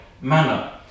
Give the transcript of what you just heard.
manner